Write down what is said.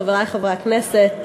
חברי חברי הכנסת,